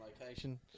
location